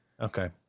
Okay